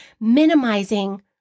minimizing